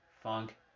Funk